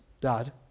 dad